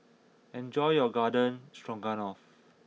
enjoy your Garden Stroganoff